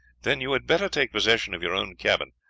then you had better take possession of your own cabin.